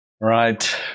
Right